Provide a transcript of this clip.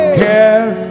care